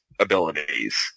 abilities